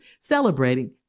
celebrating